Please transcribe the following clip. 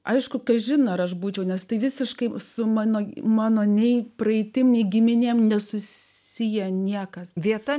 aišku kažin ar aš būčiau nes tai visiškai su mano mano nei praeitim nei giminė nesusiję niekas vieta